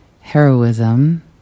heroism